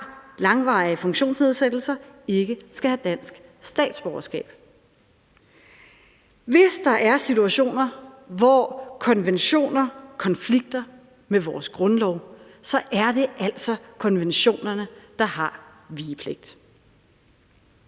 langvarige funktionsnedsættelser, ikke skal have dansk statsborgerskab. Hvis der er situationer, hvor konventioner konflikter med vores grundlov, er det altså konventionerne, der har vigepligt.